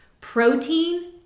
protein